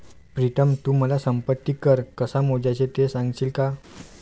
प्रीतम तू मला संपत्ती कर कसा मोजायचा ते सांगशील का?